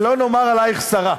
שלא נאמר עלייך סרה.